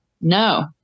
No